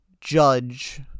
judge